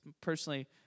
personally